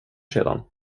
sedan